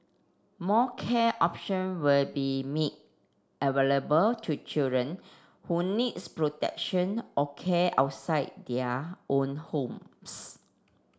more care option will be made available to children who needs protection or care outside their own homes